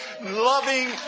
loving